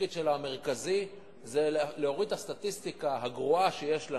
התפקיד המרכזי שלה זה להוריד את הסטטיסטיקה הגרועה שיש לנו.